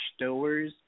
Stowers